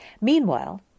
Meanwhile